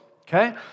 okay